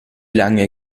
lange